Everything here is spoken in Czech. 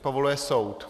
Povoluje soud.